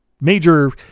major